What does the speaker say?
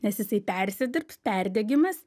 nes jisai persidirbs perdegimas